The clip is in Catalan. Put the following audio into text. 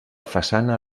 façana